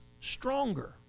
stronger